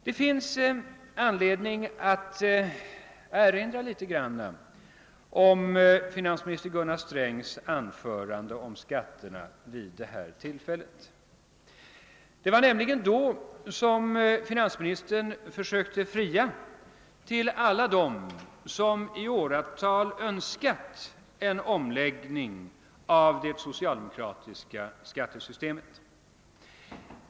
Det finns anledning att erinra litet om finansminister Gunnar Strängs anförande om skatterna vid det tillfället. Det var nämligen då, som finansministern försökte fria till alla dem, som i åratal önskat en omläggning av det socialdemokratiska skattesystemet.